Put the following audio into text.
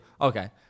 Okay